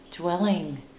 dwelling